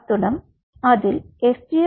அத்துடன் அதில் FGF